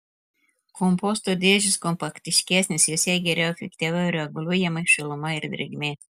komposto dėžės kompaktiškesnės jose geriau efektyviau reguliuojama šiluma ir drėgmė